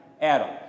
Adam